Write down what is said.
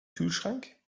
kühlschrank